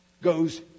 goes